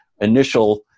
initial